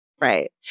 Right